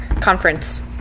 conference